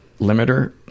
limiter